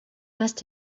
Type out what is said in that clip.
must